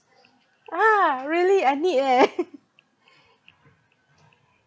(uh huh) really I need eh